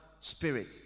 spirit